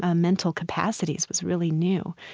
ah mental capacities, was really new.